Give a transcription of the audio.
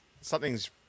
something's